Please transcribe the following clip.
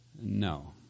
No